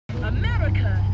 America